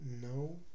No